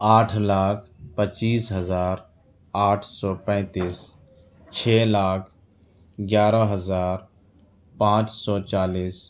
آٹھ لاکھ پچیس ہزار آٹھ سو پینتیس چھ لاکھ گیارہ ہزار پانچ سو چالیس